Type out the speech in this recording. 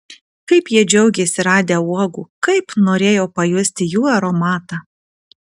kaip jie džiaugėsi radę uogų kaip norėjo pajusti jų aromatą